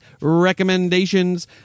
recommendations